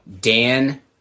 Dan